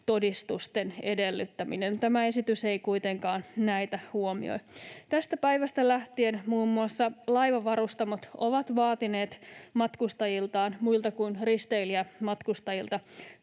todistusten edellyttäminen. Tämä esitys ei kuitenkaan näitä huomioi. Tästä päivästä lähtien muun muassa laivanvarustamot ovat vaatineet matkustajiltaan, muilta kuin risteilijämatkustajilta,